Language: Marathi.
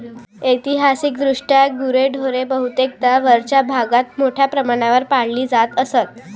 ऐतिहासिकदृष्ट्या गुरेढोरे बहुतेकदा वरच्या भागात मोठ्या प्रमाणावर पाळली जात असत